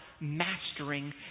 mastering